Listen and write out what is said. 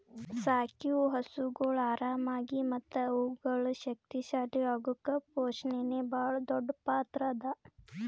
ಸಾಕಿವು ಹಸುಗೊಳ್ ಆರಾಮಾಗಿ ಮತ್ತ ಅವುಗಳು ಶಕ್ತಿ ಶಾಲಿ ಅಗುಕ್ ಪೋಷಣೆನೇ ಭಾಳ್ ದೊಡ್ಡ್ ಪಾತ್ರ ಅದಾ